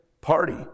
party